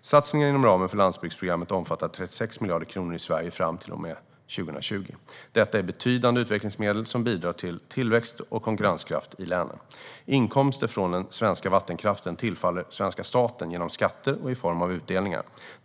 Satsningarna inom ramen för landsbygdsprogrammet omfattar 36 miljarder kronor i Sverige fram till och med 2020. Detta är betydande utvecklingsmedel som bidrar till tillväxt och konkurrenskraft i länen. Inkomster från den svenska vattenkraften tillfaller svenska staten genom skatter och i form av utdelningar.